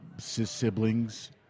siblings